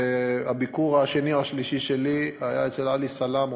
והביקור השני או השלישי שלי היה אצל עלי סלאם,